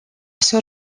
ser